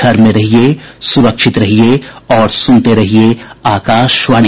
घर में रहिये सुरक्षित रहिये और सुनते रहिये आकाशवाणी